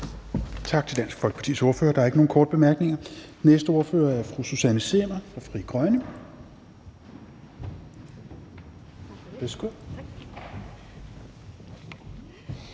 Tak til Dansk Folkepartis ordfører. Der er ikke nogen korte bemærkninger. Den næste ordfører er fru Susanne Zimmer fra Frie Grønne.